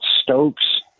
stokes